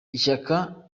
ishyaka